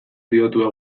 pribatua